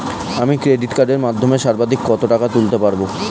আমি ক্রেডিট কার্ডের মাধ্যমে সর্বাধিক কত টাকা তুলতে পারব?